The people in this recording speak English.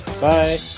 Bye